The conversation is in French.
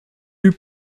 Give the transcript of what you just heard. eut